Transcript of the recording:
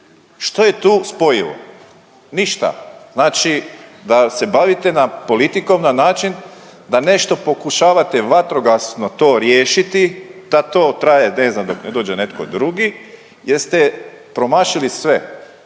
Što je tu spojivo? Ništa, znači da se bavite politikom na način da nešto pokušavate vatrogasno to riješiti, da to traje ne znam dok ne dođe netko drugi. Jer ste promašili sve,